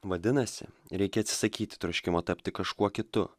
vadinasi reikia atsisakyt troškimo tapti kažkuo kitu